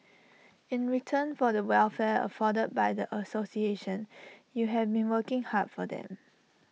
in return for the welfare afforded by the association you have been working hard for them